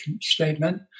statement